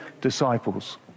disciples